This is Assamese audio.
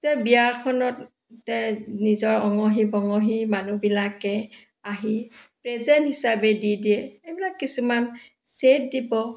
যে বিয়াখনত তে নিজৰ অঙহী বঙহী মানুহবিলাকে আহি প্ৰেজেণ্ট হিচাপে দি দিয়ে এইবিলাক কিছুমান চেট দিব